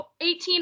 18